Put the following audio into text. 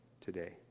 today